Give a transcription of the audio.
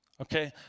okay